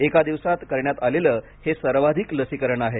एका दिवसात करण्यात आलेलं हे सर्वाधिक लसीकरण आहे